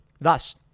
Thus